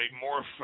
more